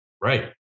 Right